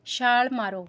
ਛਾਲ਼ ਮਾਰੋ